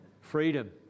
freedom